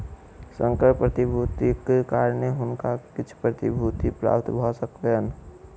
संकर प्रतिभूतिक कारणेँ हुनका किछ प्रतिभूति प्राप्त भ सकलैन